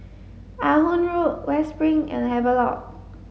Ah Hood Road West Spring and Havelock